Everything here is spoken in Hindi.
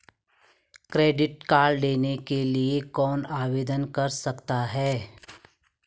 क्रेडिट कार्ड लेने के लिए कौन आवेदन कर सकता है?